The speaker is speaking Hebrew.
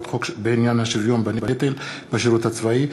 החוק בעניין השוויון בנטל בשירות הצבאי,